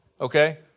okay